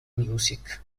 music